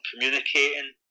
communicating